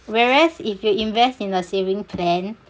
whereas if you invest in a saving plan